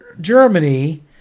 Germany